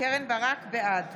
בעד